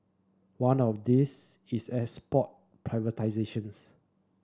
one of these is airs port privatisations